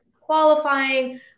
qualifying